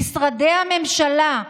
משרדי הממשלה,